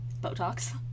Botox